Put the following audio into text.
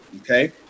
okay